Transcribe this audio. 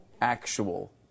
actual